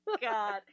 god